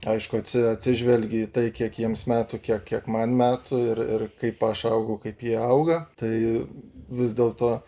aišku atsi atsižvelgi į tai kiek jiems metų kiek kiek man metų ir ir kaip aš augau kaip jie auga tai vis dėlto